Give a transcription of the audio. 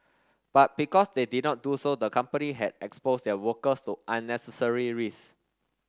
but because they did not do so the company had exposed their workers to unnecessary risks